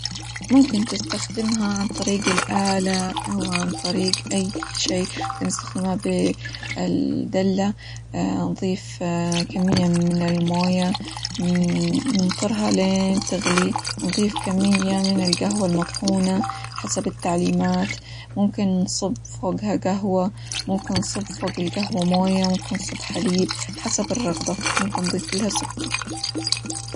ممكن تستخدمها عن طريق الآلة، أو عن طريق أى شي ممكن نستخدمها بالدلة نظيف كمية من الموية ننطرها لين تغلي نظيف كمية من القهوة المطحونة حسب التعليمات، ممكن نصب فوقها قهوة، ممكن نصب فوق القهوة موية، ممكن نصب حليب حسب الرغبة، ممكن نضيف لها سكر.